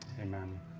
amen